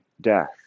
death